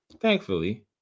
thankfully